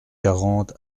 quarante